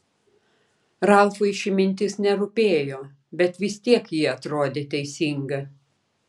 ralfui ši mintis nerūpėjo bet vis tiek ji atrodė teisinga